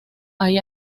hay